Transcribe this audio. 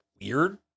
weird